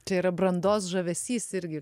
čia yra brandos žavesys irgi